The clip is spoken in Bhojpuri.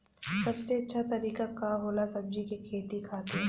सबसे अच्छा तरीका का होला सब्जी के खेती खातिर?